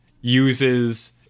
uses